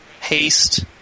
haste